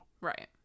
Right